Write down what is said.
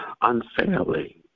unfairly